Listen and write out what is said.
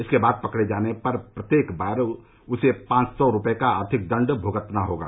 इसके बाद पकड़े जाने पर प्रत्येक बार उसे पांच सौ रुपए का आर्थिक दंड भूगतना होगा